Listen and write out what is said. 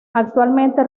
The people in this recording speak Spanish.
actualmente